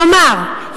כלומר,